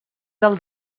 del